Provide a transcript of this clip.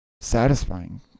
satisfying